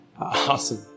Awesome